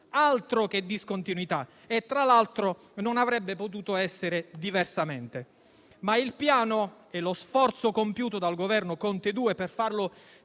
Altro che discontinuità; tra l'altro, non avrebbe potuto essere diversamente. Il Piano e lo sforzo compiuto dal Governo Conte 2 per farlo